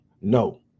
No